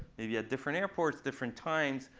maybe at different airports, different times,